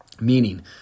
Meaning